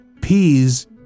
peas